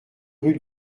rue